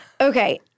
Okay